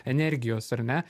energijos ar ne